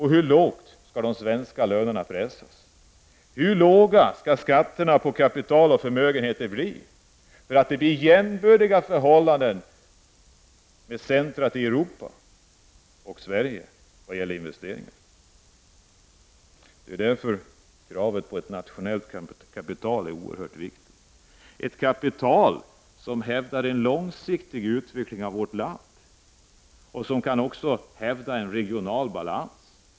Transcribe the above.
Hur lågt skall de svenska lönerna pressas? Hur låga skall skatterna på kapital och förmögenheter bli för att förhållandena skall bli jämbördiga med dem som råder i Europas centrum? Kravet på ett nationellt kapital är oerhört viktigt i detta sammanhang. Ett sådant kapital kan stödja en långsiktig utveckling av vårt land och kan också bidra till en regional balans.